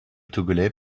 togolais